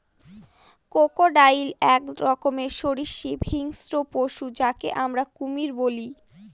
crocodile এক রকমের সরীসৃপ হিংস্র পশু যাকে আমরা কুমির বলি